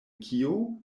kio